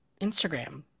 Instagram